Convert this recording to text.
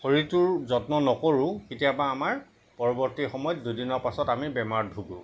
শৰীৰটোৰ যত্ন নকৰোঁ কেতিয়াবা আমাৰ পৰৱৰ্তী সময়ত দুদিনৰ পাছত আমি বেমাৰত ভুগো